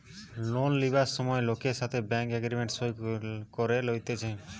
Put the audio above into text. loan লিবার সময় লোকের সাথে ব্যাঙ্ক এগ্রিমেন্ট সই করে লইতেছে